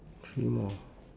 three more